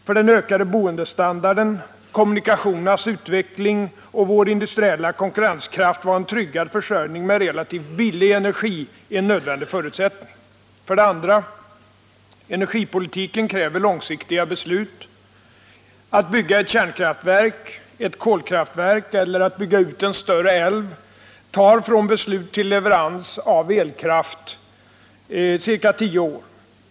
För den ökade boendestandarden, kommunikationernas utveckling och vår industriella konkurrenskraft var en tryggad försörjning med relativt billig energi en nödvändig förutsättning. 2. Energipolitiken kräver långsiktiga beslut. Att bygga ett kärnkraftverk, ett kolkraftverk eller att bygga ut en större älv tar från beslut till leverans av elkraft ca 10 år.